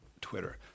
Twitter